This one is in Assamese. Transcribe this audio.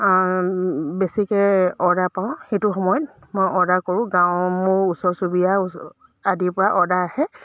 বেছিকৈ অৰ্ডাৰ পাওঁ সেইটো সময়ত মই অৰ্ডাৰ কৰোঁ গাঁৱৰ মোৰ ওচৰ চুবুৰীয়া ওচ আদিৰ পৰা অৰ্ডাৰ আহে